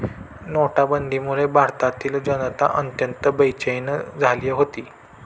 नोटाबंदीमुळे भारतातील जनता अत्यंत बेचैन झाली होती